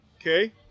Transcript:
okay